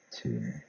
two